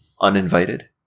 Uninvited